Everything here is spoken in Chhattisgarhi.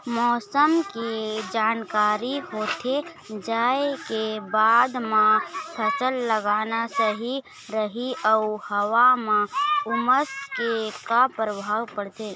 मौसम के जानकारी होथे जाए के बाद मा फसल लगाना सही रही अऊ हवा मा उमस के का परभाव पड़थे?